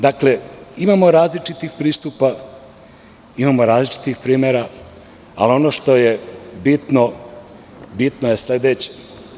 Dakle, imamo različitih pristupa, imamo različitih primera, ali ono što je bitno, bitno je sledeće.